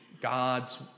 God's